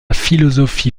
philosophie